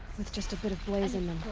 with just a bit of blaze in them.